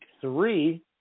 three